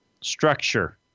structure